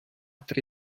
tre